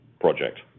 project